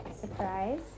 Surprise